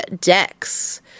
decks